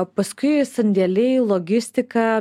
paskui sandėliai logistika